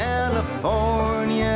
California